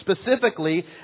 specifically